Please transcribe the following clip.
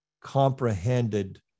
comprehended